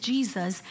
Jesus